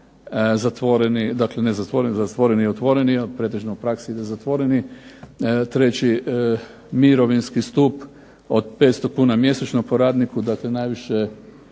zatvoreni, dakle ne zatvoreni, zatvoreni i otvoreni, a pretežno u praksi za zatvoreni treći mirovinski stup od 500 kuna mjesečno po radniku, dakle najviše